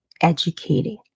educating